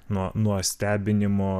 nuo nuo stebinimo